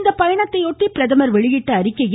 இப் பயணத்தையொட்டி பிரதமர் வெளியிட்ட அறிக்கையில்